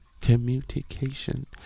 communication